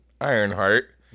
Ironheart